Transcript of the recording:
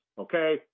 okay